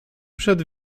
przed